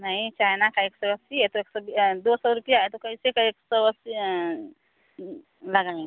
नहीं चाइना का एक सौ अस्सी है तो एक सौ दो सौ रुपिया है तो कैसे का एक सौ अस्सी लगाएँ